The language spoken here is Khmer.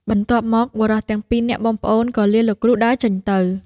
បន្ទាប់មក បុរសទាំងពីរនាក់បងប្អូនក៏លាលោកគ្រូដើរចេញទៅ។